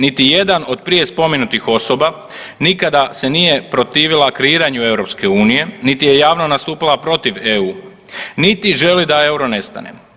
Niti jedan od prije spomenutih osoba nikada se nije protivila kreiranju EU niti je javno nastupila protiv EU, niti želi da euro nestane.